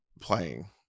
playing